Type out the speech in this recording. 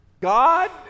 God